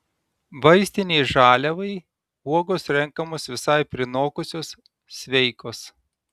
vaistinei žaliavai uogos renkamos visai prinokusios sveikos